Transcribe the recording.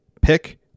Pick